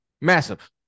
Massive